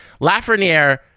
Lafreniere